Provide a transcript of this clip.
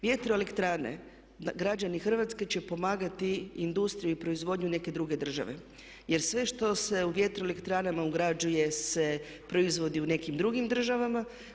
Vjetroelektrane građani Hrvatske će pomagati industriju i proizvodnju neke druge države jer sve što se u vjetroelektranama ugrađuje se proizvodi u nekim drugim državama.